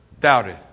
doubted